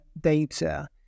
data